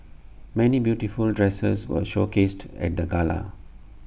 many beautiful dresses were showcased at the gala